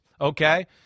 Okay